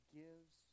gives